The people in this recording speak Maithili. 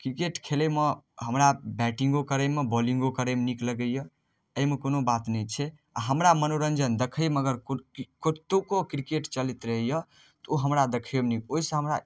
क्रिकेट खेलयमे हमरा बैटिंगो करयमे बाल्लिंगो करयमे हमरा नीक लगैया एहिमे कोनो बात नहि छै आ हमरा मनोरञ्जन देखयमे अगर कतुकौ क्रिकेट चलैत रहैया तऽ ओ हमरा देखयमे नीक ओहि सऽ हमरा